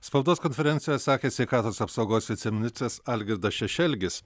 spaudos konferenciją sakė sveikatos apsaugos viceministras algirdas šešelgis